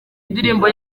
ndirimbo